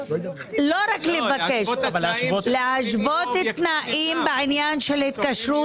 לא רק לבקש אלא להשוות תנאים בעניין של התקשרות.